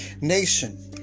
nation